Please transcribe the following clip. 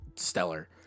stellar